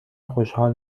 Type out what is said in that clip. خوشحال